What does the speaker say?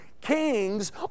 kings